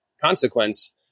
consequence